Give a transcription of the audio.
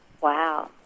Wow